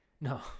No